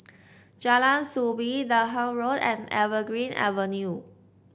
Jalan Soo Bee Durham Road and Evergreen Avenue